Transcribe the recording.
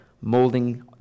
molding